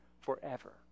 forever